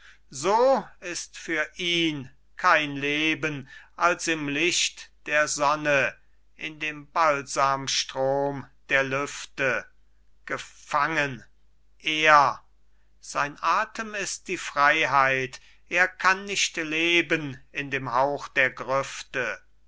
so ist für ihn kein leben als im licht der sonne in dem balsamstrom der lüfte gefangen er sein atem ist die freiheit er kann nicht leben in dem hauch der grüfte